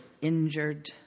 injured